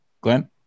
Glenn